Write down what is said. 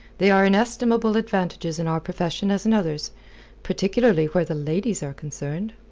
they are inestimable advantages in our profession as in others particularly where the ladies are concerned.